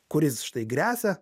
kuris štai gresia